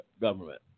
government